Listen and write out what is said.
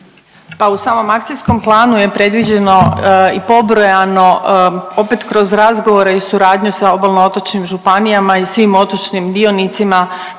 Pa u samom akcijskom planu je predviđeno i pobrojano opet kroz razgovore i suradnju sa obalno-otočnim županijama i svim otočnim dionicima